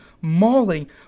mauling